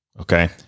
okay